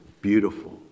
beautiful